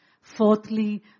Fourthly